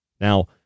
Now